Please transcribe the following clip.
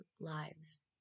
lives